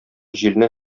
җилне